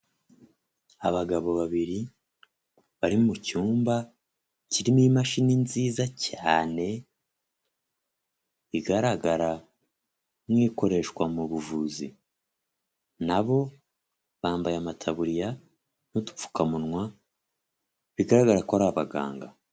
Abagabo babiri bari mu cyumba kirimo imashini nziza cyane, igaragara nk'ikoreshwa mu buvuzi na bo bambaye amataburiya n'udupfukamunwa bigaragara ko ari abaganga.